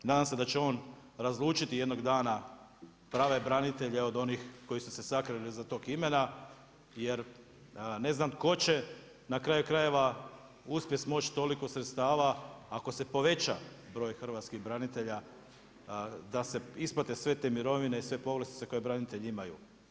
Nadam se da će on razlučiti jednog dana prave branitelje od onih koji su se sakrili od tog imena, jer ne znam tko će na kraju krajeva uspjet smoći toliko sredstava ako se poveća broj hrvatskih branitelja, da se isplate sve te mirovine i sve povlastice koje branitelji imaju.